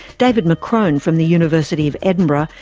david mccrone from the university of edinburgh,